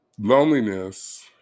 Loneliness